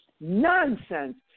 Nonsense